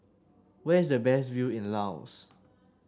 where is the best view in Laos